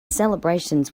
celebrations